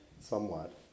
somewhat